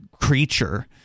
creature